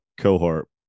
cohort